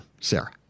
Sarah